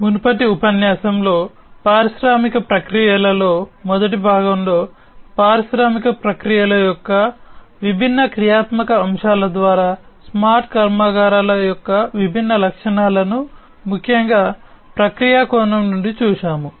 మునుపటి ఉపన్యాసంలో పారిశ్రామిక ప్రక్రియలలో ద్వారా స్మార్ట్ కర్మాగారాల యొక్క విభిన్న లక్షణాలను ముఖ్యంగా ప్రక్రియ కోణం నుండి చూశాము